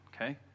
Okay